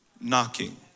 knocking